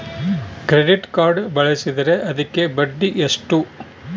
Credit card ಬಳಸಿದ್ರೇ ಅದಕ್ಕ ಬಡ್ಡಿ ಎಷ್ಟು?